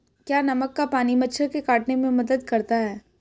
क्या नमक का पानी मच्छर के काटने में मदद करता है?